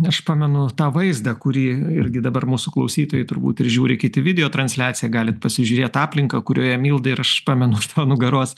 aš pamenu tą vaizdą kurį irgi dabar mūsų klausytojai turbūt ir žiūri kiti video transliaciją galit pasižiūrėt aplinką kurioje milda ir aš pamenu už tavo nugaros